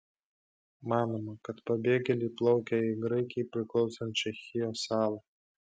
manoma kad pabėgėliai plaukė į graikijai priklausančią chijo salą